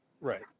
Right